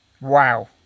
Wow